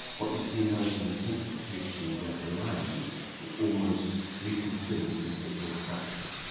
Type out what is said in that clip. what you see now is an intensification where the land is almost reconsidered as if it was a factory.